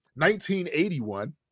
1981